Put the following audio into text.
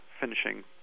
finishing